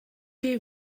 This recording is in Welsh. chi